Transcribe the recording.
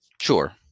Sure